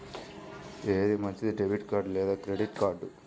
ఏది మంచిది, debit card లేదా క్రెడిట్ కార్డ్?